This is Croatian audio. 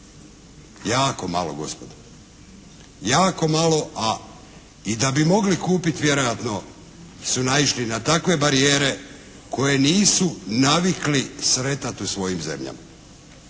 Jako malo gospodo. Jako malo, a i da bi mogli kupiti vjerojatno su naišli na takve barijere koje nisu navikli sretati u svojim zemljama.